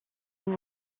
fait